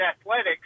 athletics